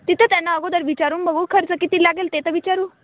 तिथे त्यांना अगोदर विचारून बघू खर्च किती लागेल ते तर विचारू